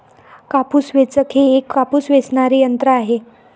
कापूस वेचक हे एक कापूस वेचणारे यंत्र आहे